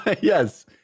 Yes